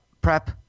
prep